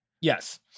Yes